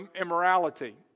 immorality